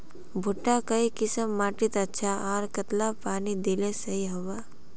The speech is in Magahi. भुट्टा काई किसम माटित अच्छा, आर कतेला पानी दिले सही होवा?